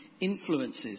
influences